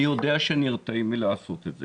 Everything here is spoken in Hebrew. אני יודע שנרתעים מלעשות את זה.